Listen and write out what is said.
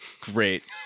great